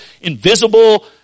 invisible